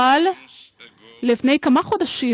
אבל לפני כמה חודשים